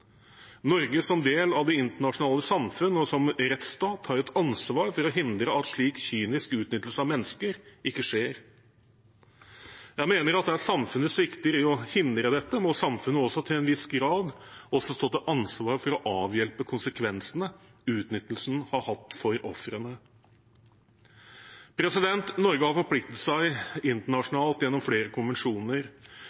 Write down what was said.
Norge, som del av det internasjonale samfunn og som rettsstat, har et ansvar for å hindre at slik kynisk utnyttelse av mennesker skjer. Jeg mener at der samfunnet svikter i å hindre dette, må samfunnet til en viss grad også stå til ansvar for å avhjelpe konsekvensene utnyttelsen har hatt for ofrene. Norge har forpliktet seg